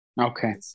Okay